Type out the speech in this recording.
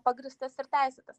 pagrįstas ir teisėtas